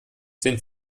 sind